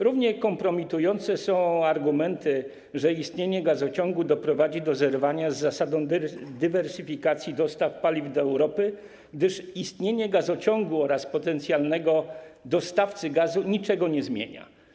Równie kompromitujące są argumenty, że istnienie gazociągu doprowadzi do zerwania z zasadą dywersyfikacji dostaw paliw do Europy, gdyż istnienie gazociągu oraz potencjalnego dostawcy gazu niczego nie zmienia.